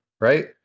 right